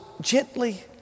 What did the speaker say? gently